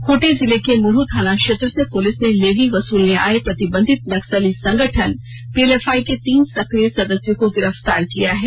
खूंटी जिले के मुरहू थाना क्षेत्र से पुलिस ने लेवी वसूलने आये प्रतिबंधित नक्सली संगठन पीएलएफआई के तीन सकिय सदस्यों को गिरफतार किया है